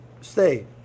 stay